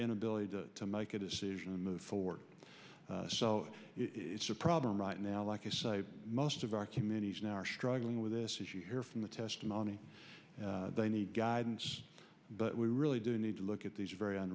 inability to make a decision and move forward so it's a problem right now like i say most of our communities now are struggling with this if you hear from the testimony they need guidance but we really do need to look at these very